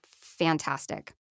Fantastic